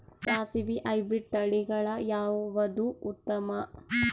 ಸಾಸಿವಿ ಹೈಬ್ರಿಡ್ ತಳಿಗಳ ಯಾವದು ಉತ್ತಮ?